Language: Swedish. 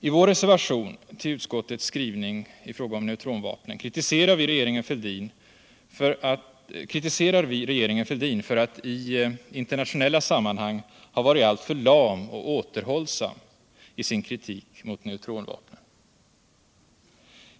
I vår reservation till utskottets skrivning i fråga om neutronvapnen kritiserar vi regeringen Fälldin för att i internationella sammanhang ha varit alltför lam och återhållsam isin kritik mot neutronvapnen.